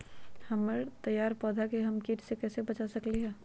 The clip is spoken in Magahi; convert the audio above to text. हमर तैयार पौधा के हम किट से कैसे बचा सकलि ह?